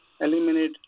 eliminate